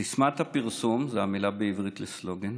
סיסמת הפרסום, זאת המילה בעברית לסלוגן,